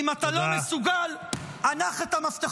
אם אתה לא מסוגל, הנח את המפתחות.